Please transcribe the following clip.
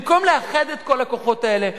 במקום לאחד את כל הכוחות האלה,